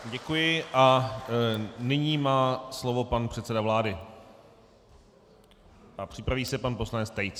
Děkuji a nyní má slovo pan předseda vlády a připraví se pan poslanec Tejc.